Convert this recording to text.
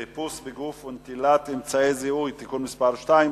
חיפוש בגוף ונטילת אמצעי זיהוי) (תיקון מס' 2),